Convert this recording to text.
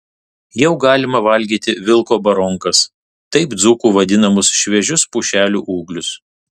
jau galima valgyti vilko baronkas taip dzūkų vadinamus šviežius pušelių ūglius